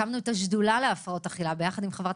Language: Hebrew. הקמנו את השדולה להפרעות אכילה ביחד עם חברת